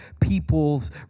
people's